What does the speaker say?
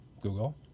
Google